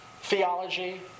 theology